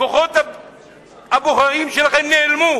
כוחות הבוחרים שלכם נעלמו,